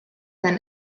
than